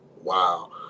Wow